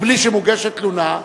כי בלי שמוגשת תלונה,